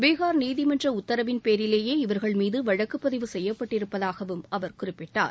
பீகார் நீதிமன்ற உத்தரவின்பேரிலேயே இவர்கள்மீது வழக்குப் பதிவு செய்யப்படிருப்பதாகவும் அவர் குறிப்பிட்டார்